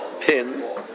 pin